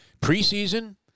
preseason –